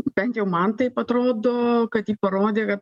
bent jau man taip atrodo kad ji parodė kad